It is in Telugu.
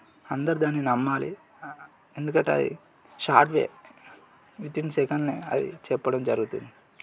అందరు దాన్ని నమ్మాలి ఎందుకంటే అది షార్ట్ వే విత్ ఇన్ సెకండ్లో అది చెప్పడం జరుగుతుంది